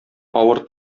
авыр